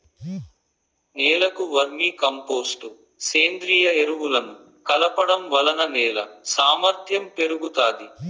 నేలకు vermicompost, సేంద్రీయ ఎరువులను కలపడం వలన నేల సామర్ధ్యం పెరుగుతాది